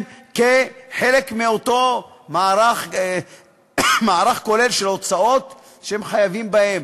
כחלק מאותו מערך כולל של הוצאות שהם חייבים בהן,